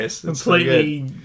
Completely